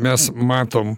mes matom